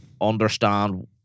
understand